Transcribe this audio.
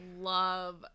love